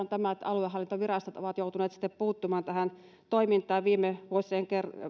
kun aluehallintovirastot ovat joutuneet puuttumaan tähän toimintaan viime vuosien